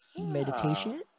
meditation